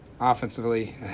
Offensively